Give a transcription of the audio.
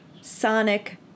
Sonic